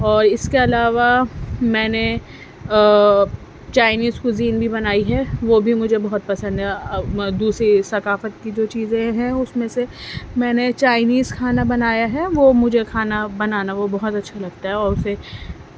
اور اس کے علاوہ میں نے چائنیز کزین بھی بنائی ہے وہ بھبی مجھے بہت پسند ہے دوسرے ثقافت کی جو چیزیں ہیں اس میں سے میں نے چائنیز کھانا بنایا ہے وہ مجھے کھانا بنانا وہ بہت اچھا لگتا ہے اور اسے